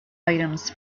items